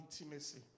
intimacy